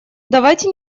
давайте